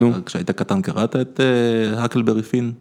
כשהיית קטן קראת את הקלברי פין?